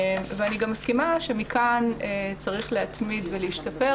אני גם מסכימה שמכאן צריך להתמיד ולהשתפר,